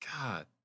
God